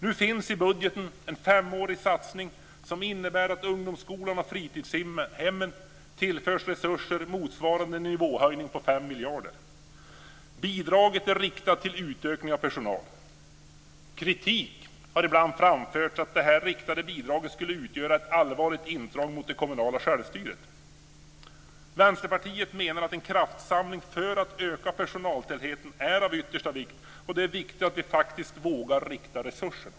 Nu finns i budgeten en femårig satsning som innebär att ungdomsskolan och fritidshemmen tillförs resurser motsvarande en nivåhöjning på 5 miljarder. Bidraget är riktat till utökning av personal. Kritik har ibland framförts att detta riktade bidrag skulle utgöra ett allvarligt intrång i det kommunala självstyret. Vänsterpartiet menar att en kraftsamling för att öka personaltätheten är av yttersta vikt och att det är viktigt att vi faktiskt vågar rikta resurserna.